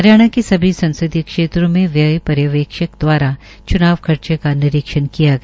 हरियाणा के सभी संसदीय क्षेत्रों में व्यय पर्यवेक्षक द्वारा च्नाव खर्चे का निरीक्षण किया गया